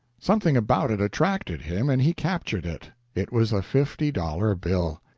something about it attracted him and he captured it. it was a fifty-dollar bill!